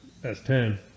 s10